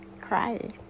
cry